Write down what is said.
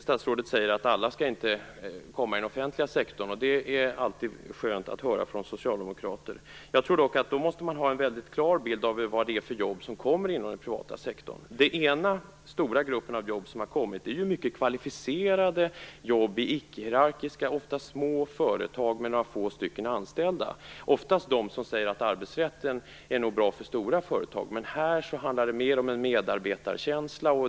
Statsrådet säger att inte alla jobb skall komma i den offentliga sektorn, och det är alltid skönt att få höra det från socialdemokrater. Jag tror dock att man då måste ha en väldigt klar bild av vilka jobb som kommer inom den privata sektorn. En stor grupp av jobb som har kommit är för det första mycket kvalificerade jobb i icke-hierarkiska, ofta små företag med några få anställda. Det är oftast sådana som säger att arbetsrätten nog är bra för stora företag men att det här handlar mer om en medarbetarkänsla.